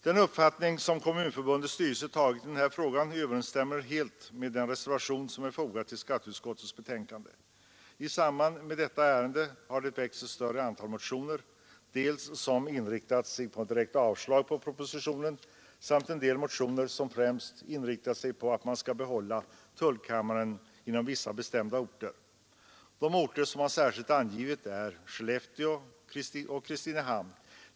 Den uppfattning som Kommunförbundets styrelse uttalat i denna fråga överensstämmer helt med den reservation som är fogad till skatteutskottets betänkande. I samband med detta ärende har det väckts ett större antal motioner, som inriktats dels på ett direkt avslag på propositionen, dels på att man skall behålla tullkammaren inom vissa bestämda orter. De orter som särskilt angivits är Skellefteå och Kristinehamn.